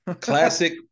classic